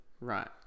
Right